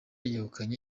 yegukanye